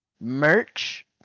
merch